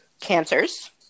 cancers